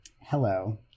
hello